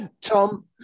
Tom